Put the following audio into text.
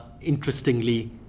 interestingly